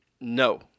No